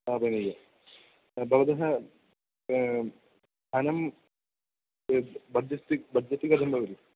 स्थापनीयं भवतः स्थानं यद् भवति बज्जति कथं भवेत्